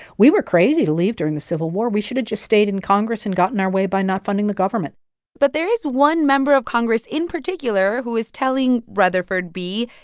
we were crazy to leave during the civil war. we should've just stayed in congress and gotten our way by not funding the government but there is one member of congress in particular who is telling rutherford b,